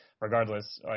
regardless